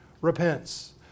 repents